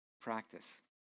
practice